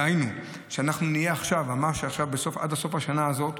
דהיינו, אנחנו נהיה ממש עכשיו, עד סוף השנה הזאת,